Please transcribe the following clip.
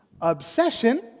Obsession